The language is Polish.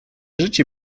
życie